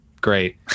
Great